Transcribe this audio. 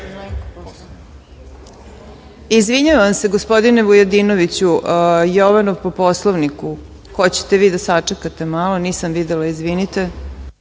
se, gospodine Vujadinoviću. Jovanov po Poslovniku. Hoćete vi da sačekate malo? Nisam videla. Izvinite.